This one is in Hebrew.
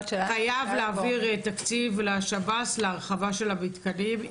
חייב להעביר תקציב לשב"ס להרחבה של המתקנים.